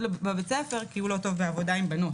בבית ספר כי הוא לא טוב בעבודה עם בנות,